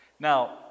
Now